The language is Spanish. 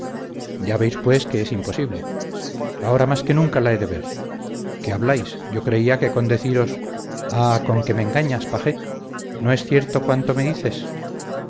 ya veis pues que es imposible ahora más que nunca la he de ver qué habláis yo creía que con deciros ah conque me engañas paje no es cierto cuanto me dices